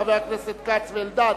חברי הכנסת כץ ואלדד,